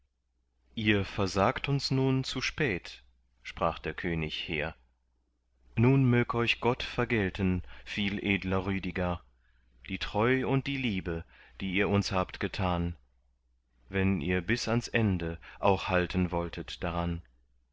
ihr widersagt uns nun zu spät sprach der könig hehr nun mög euch gott vergelten viel edler rüdiger die treu und die liebe die ihr uns habt getan wenn ihr bis ans ende auch halten wolltet daran